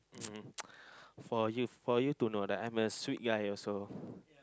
um for you for you to know that I'm a sweet guy also